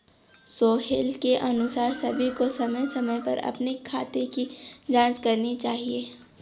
सोहेल के अनुसार सभी को समय समय पर अपने खाते की जांच करनी चाहिए